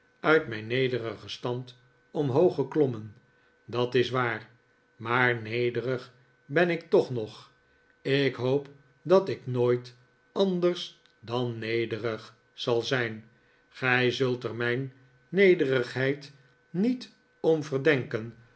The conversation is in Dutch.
uit mijn nederipen stand omhoog geklommen dat is waar maar nederig ben ik toch nog ik hoop dat ik nooit anders dan nederig zal zijn gij zult er mijn nederigheid niet om verdenken